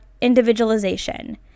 individualization